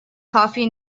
کافی